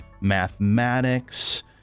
mathematics